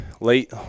late